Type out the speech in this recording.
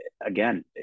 again